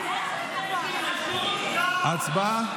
הצבעה.